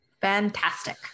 Fantastic